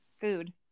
food